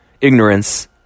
ignorance